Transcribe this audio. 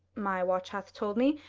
my watch hath told me,